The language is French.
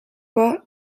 pas